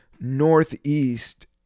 northeast